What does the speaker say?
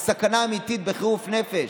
בסכנה אמיתית ובחירוף נפש.